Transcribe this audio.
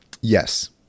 Yes